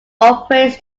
operates